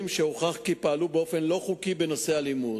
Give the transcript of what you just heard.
שהוכח כי פעלו באופן לא חוקי בנושא אלימות.